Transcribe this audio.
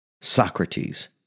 Socrates